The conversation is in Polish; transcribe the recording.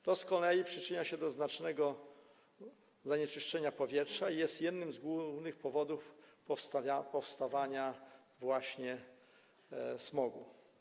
To z kolei przyczynia się do znacznego zanieczyszczenia powietrza i jest jednym z głównych powodów powstawania smogu.